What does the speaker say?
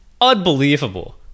unbelievable